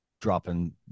dropping